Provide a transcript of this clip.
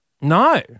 No